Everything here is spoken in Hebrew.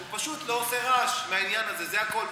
הוא פשוט לא עושה רעש מהעניין הזה, זה הכול.